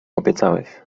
obiecałeś